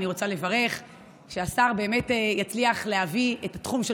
אני רוצה לברך שהשר באמת יצליח להביא את התחום של